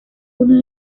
uno